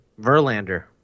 Verlander